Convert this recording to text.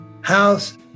house